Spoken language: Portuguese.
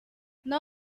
não